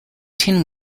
tin